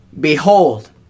Behold